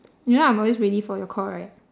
you know I'm always ready for your call right